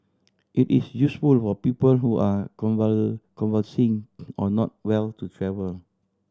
it is useful for people who are convalescing or not well to travel